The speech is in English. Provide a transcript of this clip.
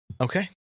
Okay